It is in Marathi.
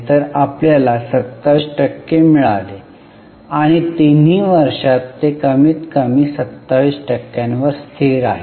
तर आपल्याला 27 टक्के मिळाले आणि तिन्ही वर्षांत ते कमीतकमी 27 टक्क्यांवर स्थिर आहे